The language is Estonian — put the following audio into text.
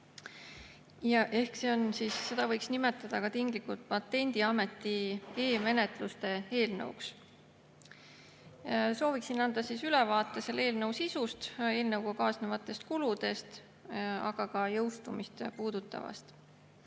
eelnõu 658. Seda võiks nimetada ka tinglikult Patendiameti e-menetluste eelnõuks. Soovin anda ülevaate selle eelnõu sisust, eelnõuga kaasnevatest kuludest, aga ka jõustumist puudutavast.